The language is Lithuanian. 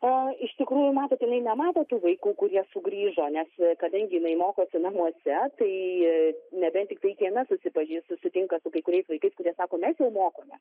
o iš tikrųjų matot jinai nemato tų vaikų kurie sugrįžo nes kadangi jinai mokosi namuose tai nebent tiktai kieme susipažįs susitinka su kai kuriais vaikais kurie sako mes jau mokomės